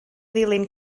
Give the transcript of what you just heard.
ddilyn